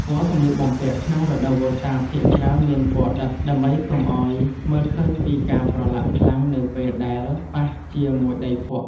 ពណ៌សម្លៀកបំពាក់ក្នុងរដូវវស្សាភាគច្រើនមានពណ៌ដិតដើម្បីកុំឱ្យមើលឃើញពីការប្រឡាក់ខ្លាំងនៅពេលដែលប៉ះជាមួយដីភក់។